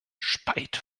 speit